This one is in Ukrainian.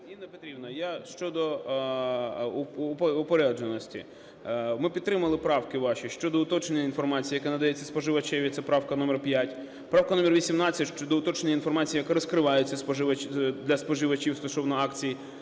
Ніна Петрівна, я щодо упорядженості. Ми підтримали правки ваші щодо уточнення інформації, яка надається споживачеві, це правка номер 5; правка номер 18 щодо уточнення інформації, яка розкривається для споживачів стосовно акцій